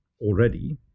already